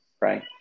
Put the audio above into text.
Right